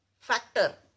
factor